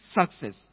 success